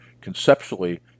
conceptually